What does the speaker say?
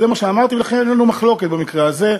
זה מה שאמרתי, ולכן אין לנו מחלוקת במקרה הזה.